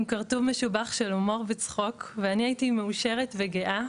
עם קורטוב משובח של הומור וצחוק ואני הייתי מאושרת וגאה